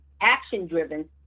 action-driven